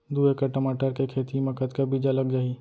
दू एकड़ टमाटर के खेती मा कतका बीजा लग जाही?